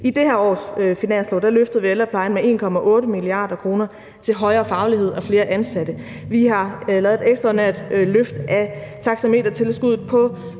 I det her års finanslov løftede vi ældreplejen med 1,8 mia. kr. til højere faglighed og flere ansatte. Vi har lavet et ekstraordinært løft af taxametertilskuddet på